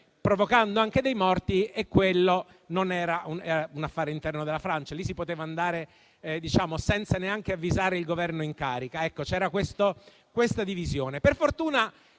provocando anche dei morti. Quello non era un affare interno della Francia; lì si poteva andare, senza neanche avvisare il Governo in carica. Ecco, c'era questa divisione.